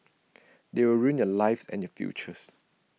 they will ruin your lives and your future